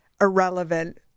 irrelevant